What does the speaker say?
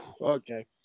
Okay